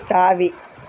தாவி